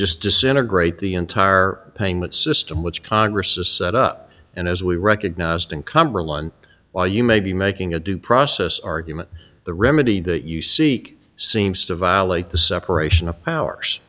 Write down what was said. just disintegrate the entire payment system which congress is set up and as we recognized in cumberland while you may be making a due process argument the remedy that you seek seems to violate the separation of powers